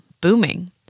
booming